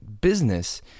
business